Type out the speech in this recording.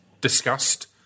discussed